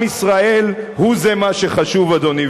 עם ישראל הוא זה מה שחשוב, אדוני.